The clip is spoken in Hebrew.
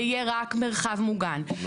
זה יהיה רק מרחב מוגן,